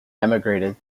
emigrated